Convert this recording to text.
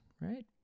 right